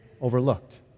overlooked